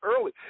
early